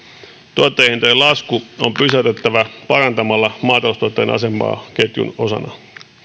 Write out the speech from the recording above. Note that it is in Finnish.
tuottajahintojen lasku on pysäytettävä parantamalla maataloustuottajan asemaa ketjun osana